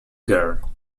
girl